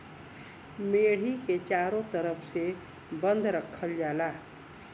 मेड़ी के चारों तरफ से बंद रखल जाला